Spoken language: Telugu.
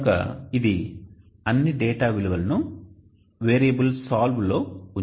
కనుక ఇది అన్ని డేటా విలువలను వేరియబుల్ SOLVE లో ఉంచుతుంది